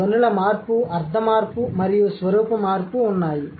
ధ్వనుల మార్పు అర్థ మార్పు మరియు స్వరూప మార్పు ఉన్నాయి